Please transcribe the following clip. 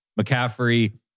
McCaffrey